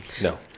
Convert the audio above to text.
No